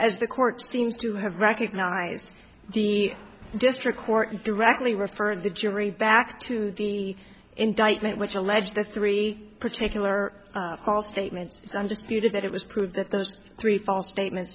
the court seems to have recognized the district court directly referred the jury back to the indictment which alleged the three particular false statements so i'm just you know that it was proved that those three false statements